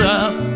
up